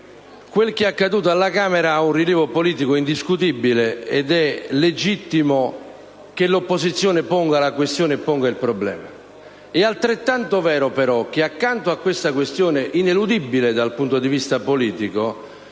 quello che è accaduto alla Camera ha un rilievo politico indiscutibile ed è legittimo che l'opposizione ponga il problema. È altrettanto vero, però, che accanto a questa questione, ineludibile dal punto di vista politico,